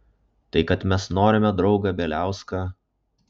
tai kad mes norime draugą bieliauską